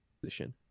position